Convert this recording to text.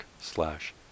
slash